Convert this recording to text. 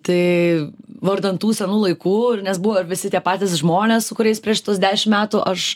tai vardan tų senų laikų ir nes buvo visi tie patys žmonės su kuriais prieš tuos dešim metų aš